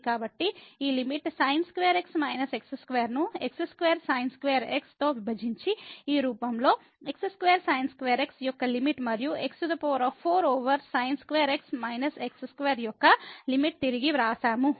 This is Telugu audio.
కాబట్టి ఈ లిమిట్ sin2x x2 ను x2sin2x తో విభజించి ఈ రూపంలో x2sin2x యొక్క లిమిట్ మరియు x4 ఓవర్ sin2x x2 యొక్క లిమిట్ తిరిగి వ్రాసాము